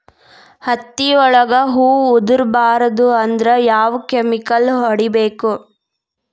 ಹತ್ತಿ ಒಳಗ ಹೂವು ಉದುರ್ ಬಾರದು ಅಂದ್ರ ಯಾವ ಕೆಮಿಕಲ್ ಹೊಡಿಬೇಕು?